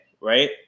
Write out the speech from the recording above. right